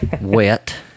Wet